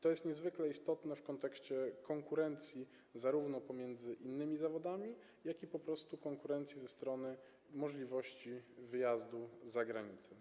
To jest niezwykle istotne w kontekście konkurencji pomiędzy innymi zawodami jak i po prostu konkurencji, jaką stanowi możliwość wyjazdu za granicę.